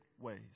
ways